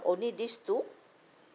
only these two